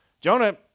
Jonah